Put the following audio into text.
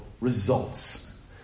results